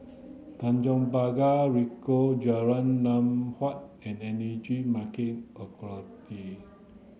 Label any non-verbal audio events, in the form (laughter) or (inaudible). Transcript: Tanjong Pagar Ricoh Jalan Lam Huat and Energy Market (unintelligible)